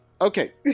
Okay